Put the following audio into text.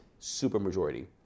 supermajority